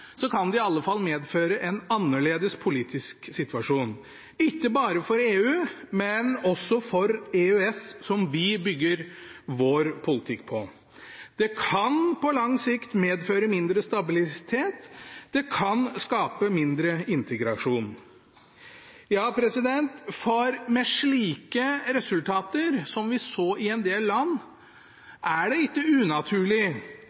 medføre en annerledes politisk situasjon, ikke bare for EU, men også for EØS, som vi bygger vår politikk på. Det kan på lang sikt medføre mindre stabilitet. Det kan skape mindre integrasjon. Ja, for med slike resultater som vi så i en del